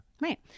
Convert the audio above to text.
Right